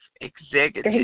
executive